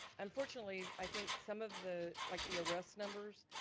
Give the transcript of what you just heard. unfortunately i think some of the, like the arrest numbers,